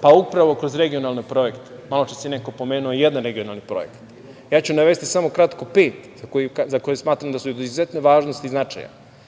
Pa, upravo kroz regionalne projekte. Maločas je neko pomenuo jedan regionalni projekat, a ja ću samo kratko navesti pet, za koje smatram da su od izuzetne važnosti i značaja: